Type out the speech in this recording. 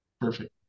Perfect